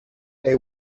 they